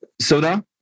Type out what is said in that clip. soda